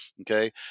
okay